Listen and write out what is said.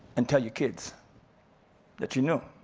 and tell your kids that you knew,